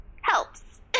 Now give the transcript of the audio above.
helps